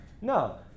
No